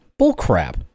bullcrap